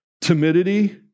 timidity